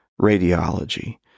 radiology